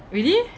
really